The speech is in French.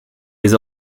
les